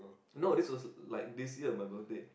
no this was like this year my birthday